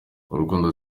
urukundo